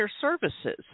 services